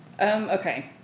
Okay